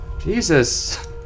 Jesus